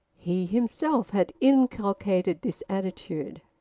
he himself had inculcated this attitude.